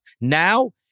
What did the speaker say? Now